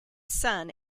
son